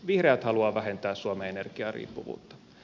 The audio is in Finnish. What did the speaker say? vihreät haluaa vähentää suomen energiariippuvuutta